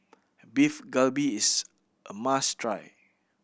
Beef Galbi is a must try